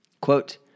Quote